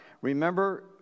Remember